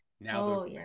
now